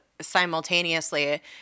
simultaneously